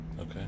Okay